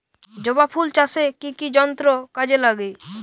জবা ফুল চাষে কি কি যন্ত্র কাজে লাগে?